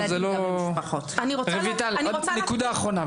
רויטל נקודה אחרונה.